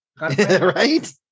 Right